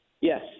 Yes